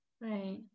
Right